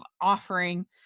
offering